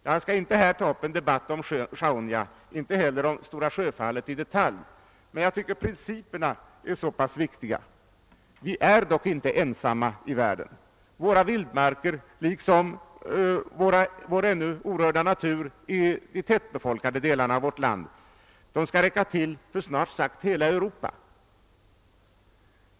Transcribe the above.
Jag skall inte här ta upp en debatt om Sjaunja och inte heller om Stora sjöfallet i detalj. Men jag tycker att principerna är viktiga. Vi är dock inte ensamma i världen. Våra vildmarker liksom vår ännu orörda natur i de tättbefolkade delarna av landet skall räcka till för snart sagt hela Europa.